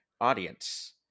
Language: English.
audience